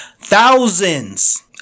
Thousands